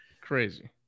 Crazy